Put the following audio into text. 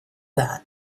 that